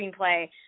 screenplay